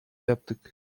yaptık